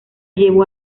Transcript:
llevó